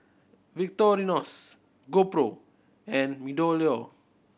Victorinox GoPro and MeadowLea